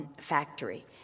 factory